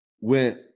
went